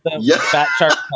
Yes